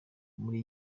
muri